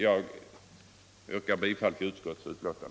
Jag yrkar bifall till utskottets hemställan.